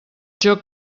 joc